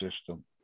system